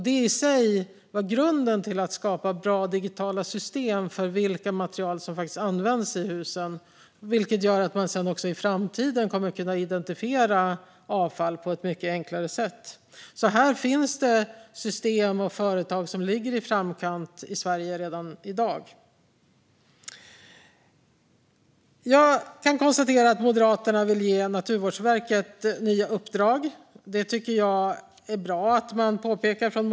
Det i sig lade grunden till att skapa bra digitala system för vilka material som används i husen, vilket gör att man i framtiden också kommer att kunna identifiera avfall på ett mycket enklare sätt. Här finns det alltså system och företag i Sverige som ligger i framkant redan i dag. Jag konstaterar att Moderaterna vill ge Naturvårdsverket nya uppdrag. Det tycker jag är bra.